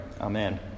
Amen